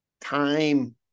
time